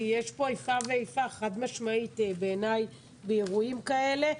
כי יש פה איפה ואיפה חד משמעית בעיניי באירועים כאלה.